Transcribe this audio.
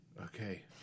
okay